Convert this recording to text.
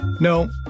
No